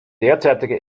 derzeitige